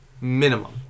minimum